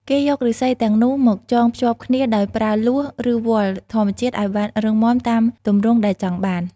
គេយកឬស្សីទាំងនោះមកចងភ្ជាប់គ្នាដោយប្រើលួស ឬវល្លិធម្មជាតិឱ្យបានរឹងមាំតាមទម្រង់ដែលចង់បាន។